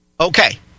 Okay